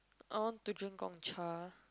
I want to drink Gong-Cha